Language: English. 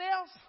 else